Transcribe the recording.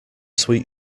sweet